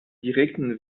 direkten